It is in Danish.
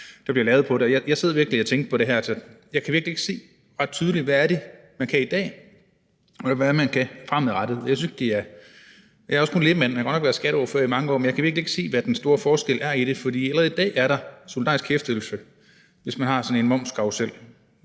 egentlig drejer sig om. Jeg sad virkelig og tænkte over det, men jeg kan ikke se ret tydeligt, hvad det er, man kan i dag, og hvad det er, man skal kunne fremadrettet. Jeg har godt nok været skatteordfører i mange år, men jeg kan virkelig ikke se, hvad den store forskel er i det, for allerede i dag er der solidarisk hæftelse, hvis man har sådan en momskarrusel,